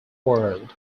world